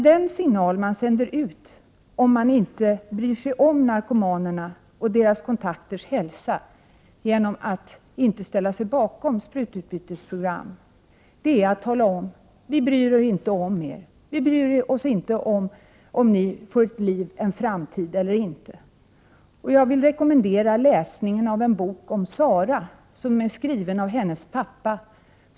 Om man däremot inte bryr sig om narkomanerna och deras kontakters hälsa genom att inte ställa sig bakom sprututbytesprogrammet, sänder man ut signaler om att vi inte bryr oss om er och om att vi inte bryr oss om huruvida ni får ett liv och en framtid eller inte. Jag vill rekommendera läsning av en bok om en flicka som heter Sara. Den är skriven av hennes far.